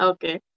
Okay